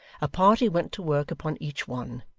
a party went to work upon each one,